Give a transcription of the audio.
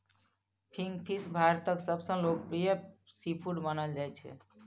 kingfish भारतक सबसं लोकप्रिय सीफूड मानल जाइ छै